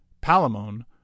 Palamon